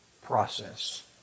process